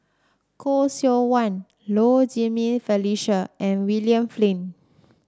Khoo Seok Wan Low Jimenez Felicia and William Flint